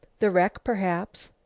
the wreck, perhaps.